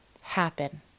happen